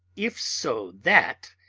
if so that,